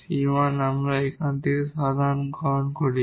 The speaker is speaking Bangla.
𝑐1 আমরা এখান থেকে সাধারণ গ্রহণ করি